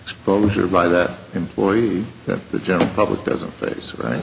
exposure by that employee that the general public doesn't fit right